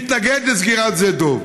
מתנגדים לסגירת שדה דב.